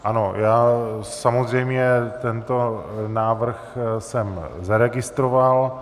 Ano, já samozřejmě tento návrh jsem zaregistroval.